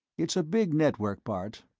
it's a big network, bart.